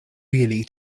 really